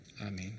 Amen